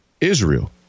Israel